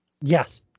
Yes